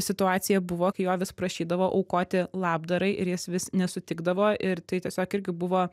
situacija buvo kai jo vis prašydavo aukoti labdarai ir jis vis nesutikdavo ir tai tiesiog irgi buvo